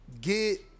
get